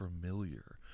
familiar